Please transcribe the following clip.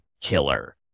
killer